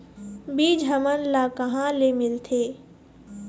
बीज हमन ला कहां ले मिलथे?